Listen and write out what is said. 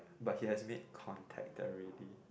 but he made contact already